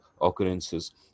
occurrences